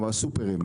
הסופרים.